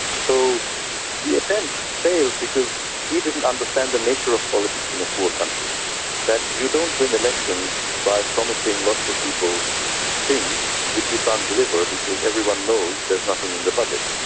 so the attempt failed because he didn't understand the nature of politics in a poor country that you don't win elections by promising lots of people things, which you can't deliver, because everyone knows there's nothing in the budget.